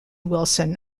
wilson